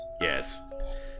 Yes